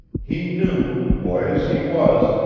he knew, boy as he was,